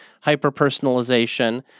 hyper-personalization